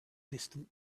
distant